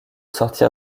sortir